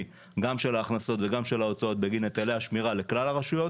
גם של ההכנסות וגם של ההוצאות בגין היטלי השמירה לכלל הרשויות.